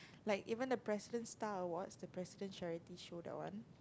like even the President Star Awards the President Charity Show that one